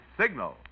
signal